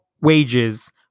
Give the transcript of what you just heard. wages